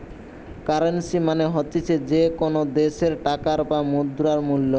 currency মানে হতিছে যে কোনো দ্যাশের টাকার বা মুদ্রার মূল্য